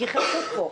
גיחכו פה,